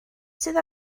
sydd